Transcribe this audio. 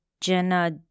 Jenna